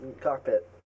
cockpit